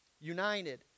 united